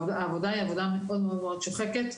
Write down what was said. העובדה היא עבודה מאוד-מאוד שוחקת.